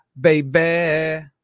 baby